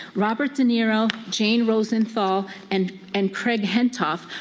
robert de niro, jane rosenthal, and and craig hatkoff